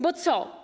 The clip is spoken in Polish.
Bo co?